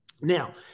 Now